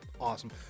awesome